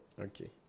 okay